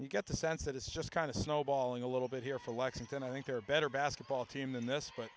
you get the sense that it's just kind of snowballing a little bit here for lexington i think there are better basketball team than this but